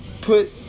put